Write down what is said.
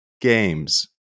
games